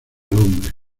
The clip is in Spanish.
hombre